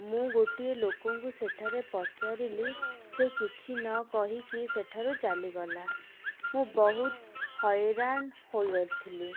ମୁଁ ଗୋଟିଏ ଲୋକଙ୍କୁ ସେଠାରେ ପଚାରିଲି ସେ କିଛି ନ କହିକି ସେଠାରୁ ଚାଲିଗଲା ମୁଁ ବହୁତ ହଇରାଣ ହୋଇଥିଲି